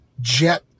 jet